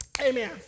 Amen